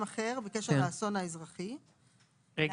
אחר בקשר לאסון האזרחי --- רגע,